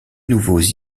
nouveaux